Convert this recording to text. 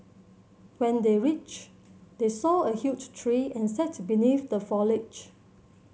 when they reached they saw a huge tree and sat beneath the foliage